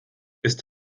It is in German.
ist